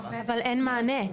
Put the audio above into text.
אבל אין מענה.